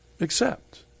accept